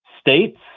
states